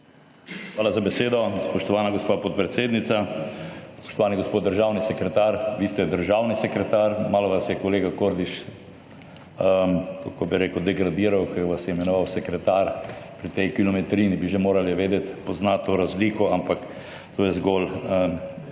Hvala za besedo, spoštovana gospa podpredsednica. Spoštovani gospod državni sekretar. Vi ste državni sekretar. Malo vas je kolega Kordiš, kako bi rekel, degradiral, ko vas je imenoval sekretar. Pri tej kilometrini bi že morali vedeti, poznati to razliko, ampak to je zgolj